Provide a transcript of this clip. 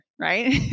right